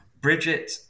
Bridget